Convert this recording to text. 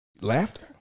laughter